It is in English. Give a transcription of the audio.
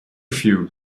few